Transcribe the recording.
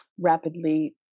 rapidly